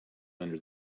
under